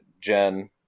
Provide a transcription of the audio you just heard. jen